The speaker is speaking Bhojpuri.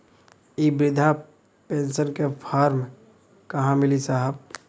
इ बृधा पेनसन का फर्म कहाँ मिली साहब?